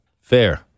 Fair